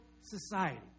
society